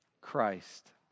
Christ